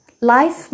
life